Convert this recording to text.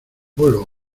pueblo